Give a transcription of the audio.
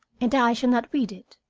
and i shall not read it.